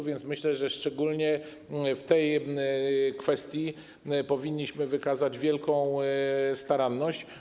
A więc myślę, że szczególnie w tej kwestii powinniśmy wykazać wielką staranność.